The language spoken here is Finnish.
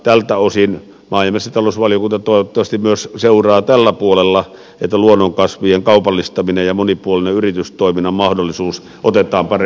tältä osin maa ja metsätalousvaliokunta toivottavasti myös seuraa tällä puolella että luonnonkasvien kaupallistaminen ja monipuolinen yritystoiminnan mahdollisuus otetaan paremmin huomioon